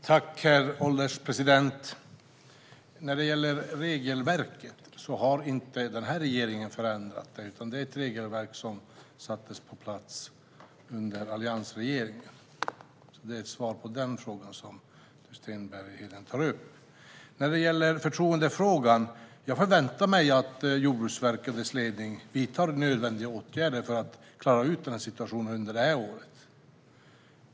Herr ålderspresident! När det gäller regelverket har inte den här regeringen förändrat det, utan det är ett regelverk som sattes på plats under alliansregeringen. Det är ett svar på den frågan som Sten Bergheden tar upp. När det gäller förtroendefrågan förväntar jag mig att Jordbruksverket och dess ledning vidtar nödvändiga åtgärder för att klara ut den här situationen under det här året.